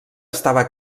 estava